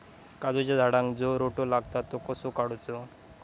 काजूच्या झाडांका जो रोटो लागता तो कसो काडुचो?